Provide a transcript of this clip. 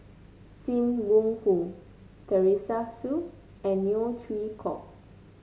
Sim Wong Hoo Teresa Hsu and Neo Chwee Kok